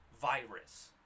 virus